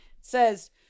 says